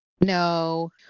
No